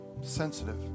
sensitive